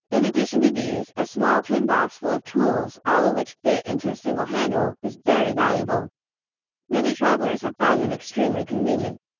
in addition to these, a small tin box full of tools, all of which fit into a single handle, is very valuable many travellers have found them extremely convenient.